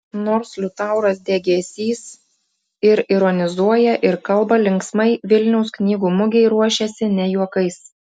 nors liutauras degėsys ir ironizuoja ir kalba linksmai vilniaus knygų mugei ruošiasi ne juokais